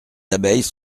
abeilles